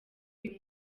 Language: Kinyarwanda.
uyu